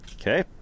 Okay